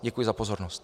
Děkuji za pozornost.